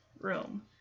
room